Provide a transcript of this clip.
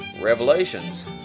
Revelations